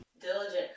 diligent